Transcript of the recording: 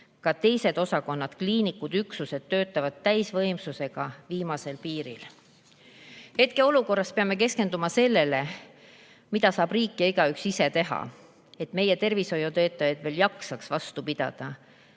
Ka teised osakonnad, kliinikud ja üksused töötavad täisvõimsusega viimasel piiril. [---]Hetkeolukorras peame keskenduma sellele, mida saab riik ja igaüks ise teha, et meie tervishoiutöötajad veel jaksaksid vastu pidada.